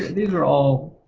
these were all,